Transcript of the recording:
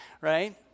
right